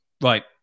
Right